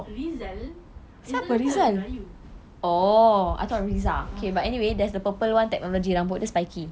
rizal rizal kan nama melayu uh